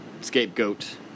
scapegoat